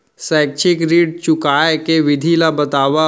शैक्षिक ऋण चुकाए के विधि ला बतावव